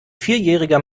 vierjähriger